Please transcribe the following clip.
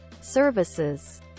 services